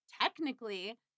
technically